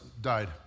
died